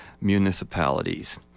municipalities